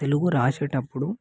తెలుగు రాసేటప్పుడు